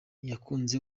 yakunze